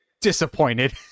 disappointed